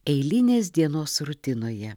eilinės dienos rutinoje